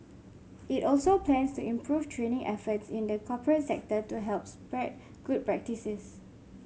it also plans to improve training efforts in the corporate sector to help spread good practices